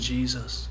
Jesus